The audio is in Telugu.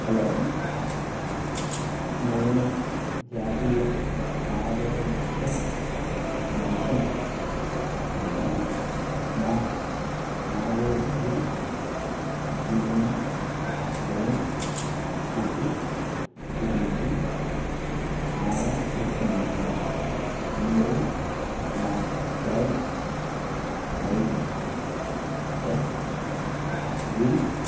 హలో నేను జాతీయ ఆరోగ్య మిషన్ కింద నా ఆరోగ్య భీమా క్లెయిమ్ స్థితి గురించి ఆరాతీస్తున్నాను మీరు నా క్లెయిమ్ ఐడి ఎస్వి